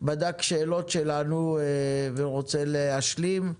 בדק שאלות שלנו ורוצה להשלים.